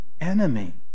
enemy